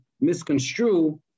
misconstrue